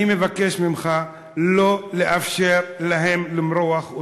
ואני מבקש ממך לא לאפשר להם למרוח אותנו.